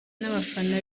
n’abafana